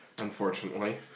unfortunately